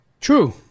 True